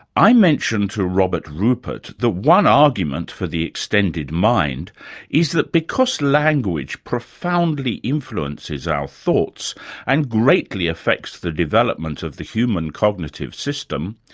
i mentioned to robert rupert that one argument for the extended mind is that because language profoundly influences our thoughts and greatly affects the development of the human cognitive system,